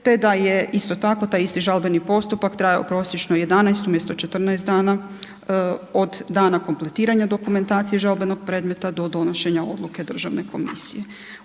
te da je isto tako taj isti žalbeni postupak trajao prosječno 11 umjesto 14 dana od dana kompletiranja dokumentacije žalbenog predmeta do donošenja odluke državne komisije.